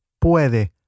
Puede